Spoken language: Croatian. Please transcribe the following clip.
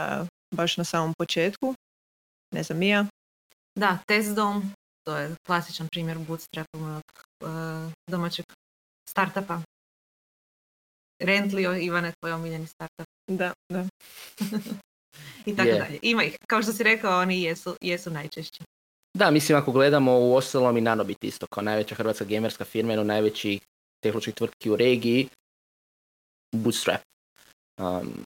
Eh, baš na samom početku. Ne znam, Mia? Da, Testdom, to je klasičan primjer bootstrapa mojeg, eh, domaćeg startupa. Rentlio, Ivane, tvoj omiljeni startup. Da, da. I tako Je. dalje. Ima ih, kao što si rekao, oni jesu- jesu najčešći. Da, mislim, ako gledamo u ostalom i Nanobit isto, kao najveća hrvatska gamerska firma, jedna od najvećih tehnoloških tvrtki u regiji, bootstrap. Um,